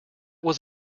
was